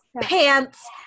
pants